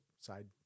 side